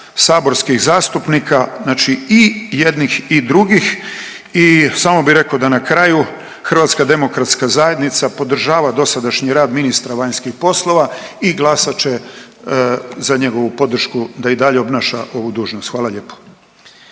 saborskih zastupnika, znači i jednih i drugih. I samo bih rekao da na kraju Hrvatska demokratska zajednica podržava dosadašnji rad ministra vanjskih poslova i glasat će za njegovu podršku da i dalje obnaša ovu dužnost. Hvala lijepo.